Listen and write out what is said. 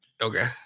Okay